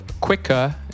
quicker